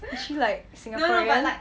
is she like singaporean